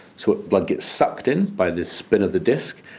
so blood gets sucked in by the spin of the disk,